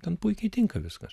ten puikiai tinka viskas